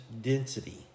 density